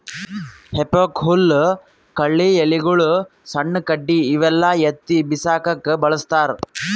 ಹೆಫೋಕ್ ಹುಲ್ಲ್ ಕಳಿ ಎಲಿಗೊಳು ಸಣ್ಣ್ ಕಡ್ಡಿ ಇವೆಲ್ಲಾ ಎತ್ತಿ ಬಿಸಾಕಕ್ಕ್ ಬಳಸ್ತಾರ್